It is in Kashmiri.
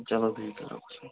چلو بِہِو تیٚلہِ رۄبس حوالہٕ